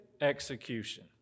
execution